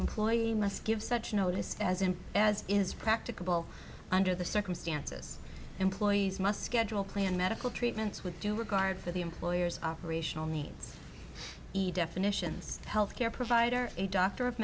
employee must give such notice as in as is practicable under the circumstances employees must schedule plan medical treatments with due regard for the employer's operational needs definitions health care provider a doctor of